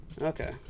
Okay